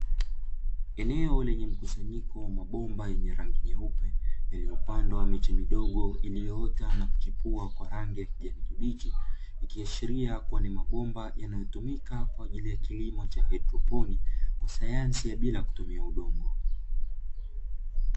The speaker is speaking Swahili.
Eneo lenye mkusanyiko wa mabomba yenye rangi nyeupe yaliyopandwa miche midogo iliyoota na kuchipua kwa rangi ya kijani kibichi, ikiashiria kua ni mabomba yanayotumika kwa ajili ya kilimo cha haidroponi cha sayansi bila kutumia udongo.